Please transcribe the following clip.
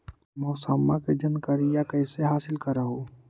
मौसमा के जनकरिया कैसे हासिल कर हू?